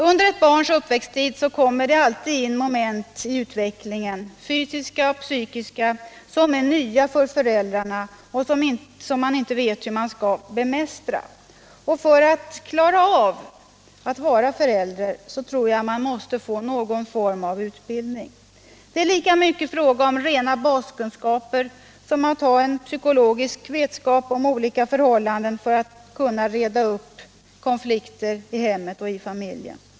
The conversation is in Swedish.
Under ett barns uppväxttid kommer det alltid in moment i utvecklingen — fysiska och psykiska — som är nya för föräldrarna och som de inte vet hur de skall bemästra. För att klara av att vara förälder måste man få någon form av utbildning. Det är lika mycket fråga om rena baskunskaper som om att ha psykologisk vetskap om olika förhållanden för att kunna reda upp konflikter i hemmet och i familjen.